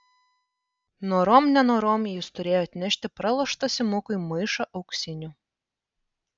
norom nenorom jis turėjo atnešti praloštą simukui maišą auksinių